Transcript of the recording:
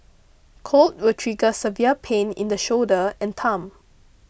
cold will trigger severe pain in the shoulder and thumb